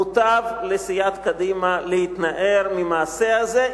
מוטב לסיעת קדימה להתנער מהמעשה הזה,